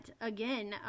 again